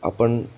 आपण